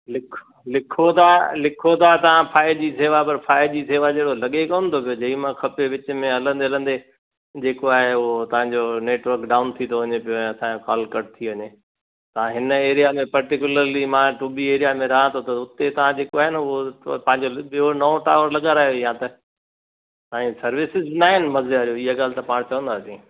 लिखु लिखो था लिखो था तव्हां फाए जी सेवा पर फाए जी सेवा जहिड़ो लॻे कोन थो जेॾी महिल खपे विच में हलंदे हलंदे जेको आहे उहो तव्हां जो नेटवर्क डाऊन थी थो वञे पियो ऐं असांजो काल कटि थी वञे तव्हां हिन एरिया पर्टीक्यूलरिली मां टु बी एरिया में रहां थो त उते तव्हां जेको आहे न उहो पंहिंजो ॿियो नओं टावर लॻारायो यां त ऐं सर्विसिस न आहिनि मज़े वारियूं इहा ॻाल्हि त पाण चवंदासीं